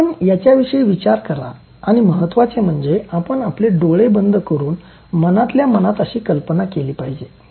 आपण याच्याविषयी विचार करा आणि महत्वाचे म्हणजे आपण आपले डोळे बंद करून मनातल्या मनात अशी कल्पना केली पाहिजे